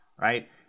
right